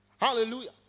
Hallelujah